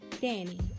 Danny